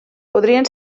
podrien